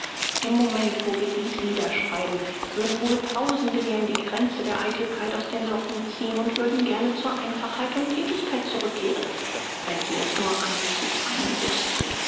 im moment wo wir dies niederschreiben würden wohl tausende gern die kränze der eitelkeit aus den locken ziehen und würden gerne zur einfachheit und thätigkeit zurückkehren wenn sie es nur anzufangen wüßten